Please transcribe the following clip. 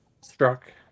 Struck